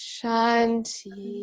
Shanti